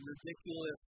Ridiculous